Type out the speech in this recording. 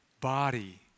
body